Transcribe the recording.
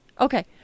okay